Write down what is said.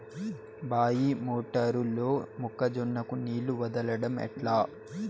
బాయి మోటారు లో మొక్క జొన్నకు నీళ్లు వదలడం ఎట్లా?